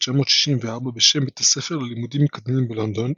1964 בשם "בית הספר ללימודים מתקדמים בלונדון",